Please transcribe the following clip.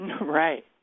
Right